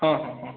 ହଁ ହଁ ହଁ